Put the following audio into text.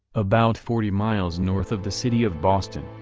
about forty miles north of the city of boston,